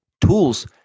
Tools